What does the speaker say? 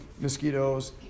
mosquitoes